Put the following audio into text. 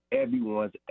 everyone's